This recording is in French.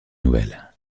nouvelle